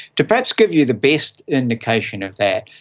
to perhaps give you the best indication of that,